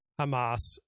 Hamas